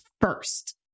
first